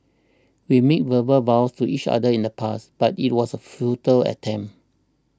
we made verbal vows to each other in the past but it was a futile attempt